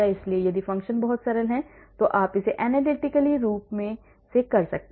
इसलिए यदि फ़ंक्शन बहुत सरल हैं तो आप इसे analytically रूप से कर सकते हैं